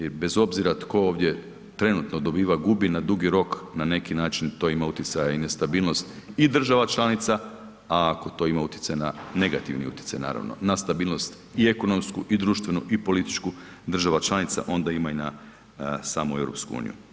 I bez obzira tko ovdje trenutno dobiva, gubi na dugi rok na neki način to ima utjecaja i nestabilnost i država članica a ako to ima utjecaj na, negativni utjecaj naravno, na stabilnost i ekonomsku i društvenu i političku država članica onda ima i na samu EU.